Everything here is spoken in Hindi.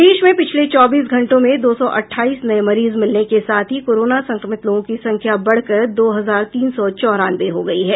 प्रदेश में पिछले चौबीस घंटों में दो सौ अठाईस नये मरीज मिलने के साथ ही कोरोना संक्रमित लोगों की संख्या बढ़कर दो हजार तीन सौ चौरानवे हो गयी है